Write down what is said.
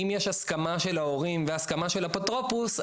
אם ישנה הסכמה של ההורים והסכמה של אפוטרופוס,